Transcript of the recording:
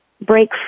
break